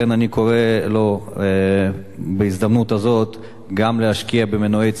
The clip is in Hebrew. לכן אני קורא לו בהזדמנות זו גם להשקיע במנועי